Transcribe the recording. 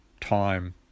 time